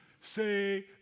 Say